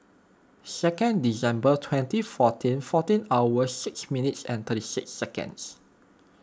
second December twenty fourteen fourteen hour six minutes and thirty six seconds